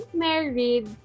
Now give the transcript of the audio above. married